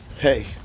Hey